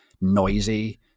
noisy